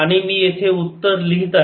आणि मी येथे उत्तर लिहित आहे